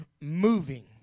moving